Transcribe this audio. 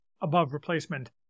above-replacement